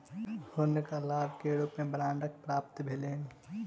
हुनका लाभ के रूप में बांडक प्राप्ति भेलैन